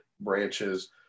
branches